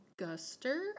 Guster